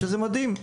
שזה מדהים.